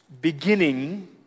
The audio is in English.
beginning